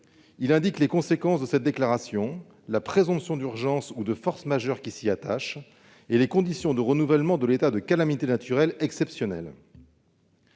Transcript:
imminent. Les conséquences de cette déclaration, la présomption d'urgence ou de force majeure qui s'y attache et les conditions de renouvellement de l'état de calamité naturelle exceptionnelle